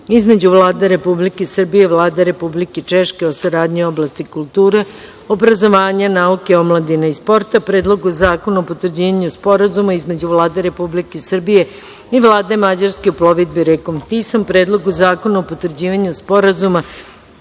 između Vlade Republike Srbije i Vlade Republike Češke o saradnji u oblasti kulture, obrazovanja, nauke i sporta; Predlogu zakona o potvrđivanju Sporazuma između Vlade Republike Srbije i Vlade Mađarske o plovidbi rekom Tisom; Predlogu zakona o potvrđivanju Sporazuma